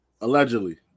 Allegedly